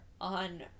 on